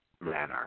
manner